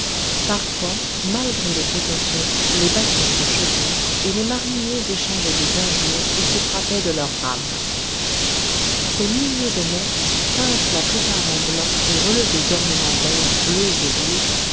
parfois malgré les précautions les bateaux se choquaient et les mariniers échangeaient des injures ou se frappaient de leurs rames ces milliers de nefs peintes la plupart en blanc et relevées d'ornements verts bleus et rouges